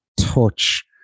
touch